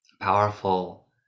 powerful